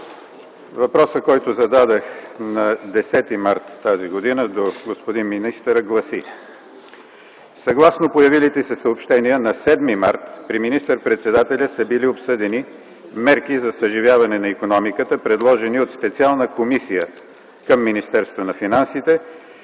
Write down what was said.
Въпросът, който зададох на 10 март т.г. до господин министъра гласи: „Съгласно появилите се съобщения на 7 март при министър-председателя са били обсъдени мерки за съживяване на икономиката, предложени от специална комисия към Министерството на финансите,